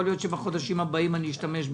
יכול להיות שבחודשים הבאים אשתמש בזה.